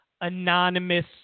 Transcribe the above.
anonymous